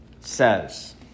says